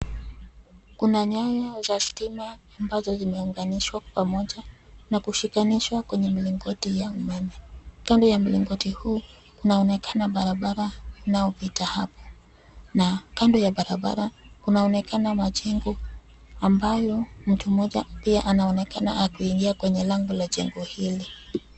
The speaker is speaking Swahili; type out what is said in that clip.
Kuna nyaya za stima ambazo zimeunganishwa pamoja na kushikanishwa kwenye mlingoti ya umeme. Kando ya mlingoti huu kunaonekana barabara inayopita hapo na kando ya barabara kunaonekana majengo ambayo mtu mmoja pia anaonekana akiingia kwenye lango la jengo hili.